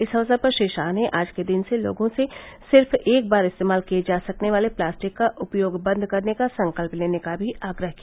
इस अवसर पर श्री शाह ने आज के दिन से लोगों से सिर्फ एक बार इस्तेमाल किये जा सकने वाले प्लास्टिक का उपयोग बंद करने का संकल्प लेने का भी आग्रह किया